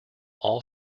all